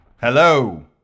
Hello